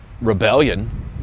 rebellion